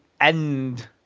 end